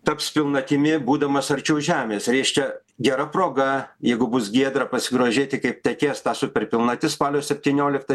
taps pilnatimi būdamas arčiau žemės reiškia gera proga jeigu bus giedra pasigrožėti kaip tekės ta super pilnatis spalio septynioliktą